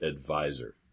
advisor